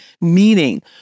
meaning